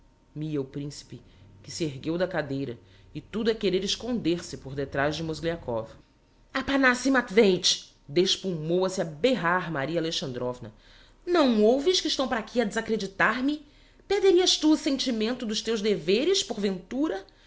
modo mia o principe que se ergueu da cadeira e tudo é querer esconder-se por detrás de mozgliakov aphanassi matveich despulmôa se a berrar maria alexandrovna não ouves que estão para aqui a desacreditar me perderias tu o sentimento dos teus deveres porventura